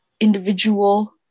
individual